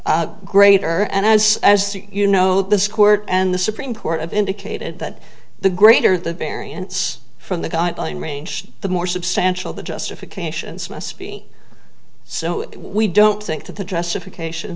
considerably greater and as as you know this court and the supreme court of indicated that the greater the variance from the guideline range the more substantial the justifications must be so we don't think that the justification